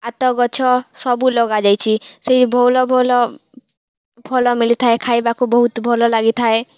ଆତ ଗଛ ସବୁ ଲଗାଯାଇଛି ସେଇ ଭଲ ଭଲ ଫଲ ମିଳିଥାଏ ଖାଇବାକୁ ବହୁତ ଭଲ ଲାଗିଥାଏ